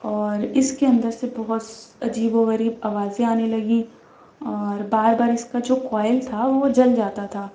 اور اس کے اندر سے بہت عجیب و غریب آوازیں آنے لگیں اور بار بار اس کا جو کوئل تھا وہ جل جاتا تھا